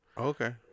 Okay